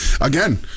again